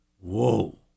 Whoa